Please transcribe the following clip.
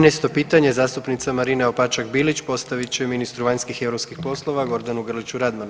13. pitanje zastupnica Marina Opačak Bilić postavit će ministru vanjskih i europskih poslova Gordanu Grliću Radmanu.